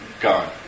gone